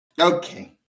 Okay